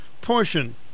portion